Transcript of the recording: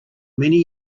many